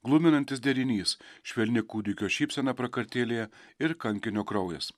gluminantis derinys švelni kūdikio šypsena prakartėlėje ir kankinio kraujas